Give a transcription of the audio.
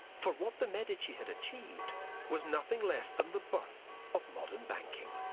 for what the medici had achieved was nothing less than the birth of modern banking.